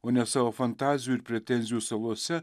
o ne savo fantazijų ir pretenzijų salose